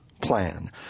plan